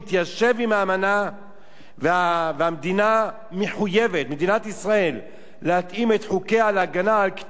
ומדינת ישראל מחויבת להתאים את חוקיה להגנה על קטינים לנוכח התגברות